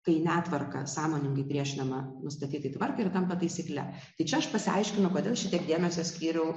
kai netvarka sąmoningai priešinama nustatytai tvarkai ir tampa taisykle tai čia aš pasiaiškinu kodėl šitiek dėmesio skyriau